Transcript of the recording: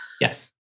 Yes